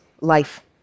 life